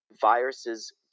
viruses